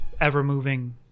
ever-moving